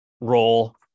role